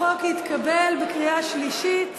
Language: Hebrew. החוק התקבל בקריאה שלישית,